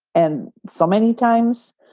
and so many times.